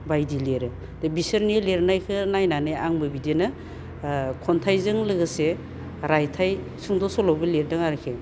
बायदि लिरो दा बिसोरनि लिरनायखो नायनानै आंबो बिदिनो ओ खन्थाइजों लोगोसे रायथाइ सुंद' सल'बो लिरदों आरोखि